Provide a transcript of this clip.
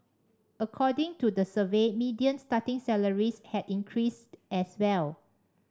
according to the survey median starting salaries had increased as well